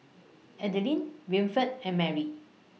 Adelyn Winifred and Marry